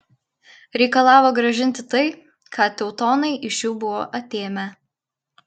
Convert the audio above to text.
reikalavo grąžinti tai ką teutonai iš jų buvo atėmę